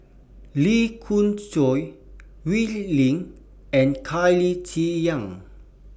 Lee Khoon Choy Wee Lin and Claire Chiang